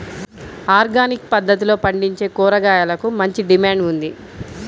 organic పద్దతిలో పండించే కూరగాయలకు మంచి డిమాండ్ ఉంది